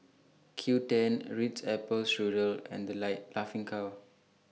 Qoo ten Ritz Apple Strudel and The Life Laughing Cow